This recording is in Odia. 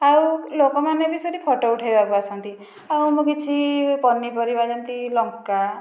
ଆଉ ଲୋକମାନେ ବି ସେଇଠି ଫଟୋ ଉଠେଇବାକୁ ଆସନ୍ତି ଆଉ ମୁଁ କିଛି ପନିପରିବା ଯେମିତି ଲଙ୍କା